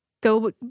go